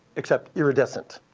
except iridescent.